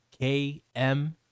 KM